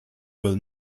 will